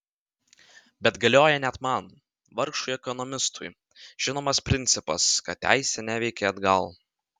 bet galioja net man vargšui ekonomistui žinomas principas kad teisė neveikia atgal